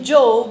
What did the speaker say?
Job